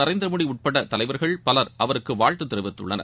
நரேந்திரமோடி உட்பட தலைவர்கள் பலர் அவருக்கு வாழ்த்து தெிவித்துள்ளனர்